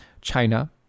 china